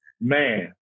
Man